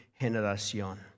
generación